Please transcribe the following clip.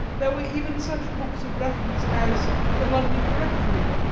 there were even such books of reference as the london directory,